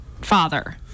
father